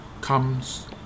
comes